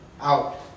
out